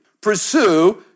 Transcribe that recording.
pursue